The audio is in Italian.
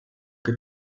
che